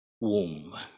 womb